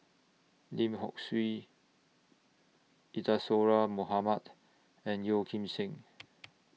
Lim Hock Siew Isadhora Mohamed and Yeo Kim Seng